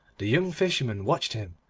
the young fisherman watched him,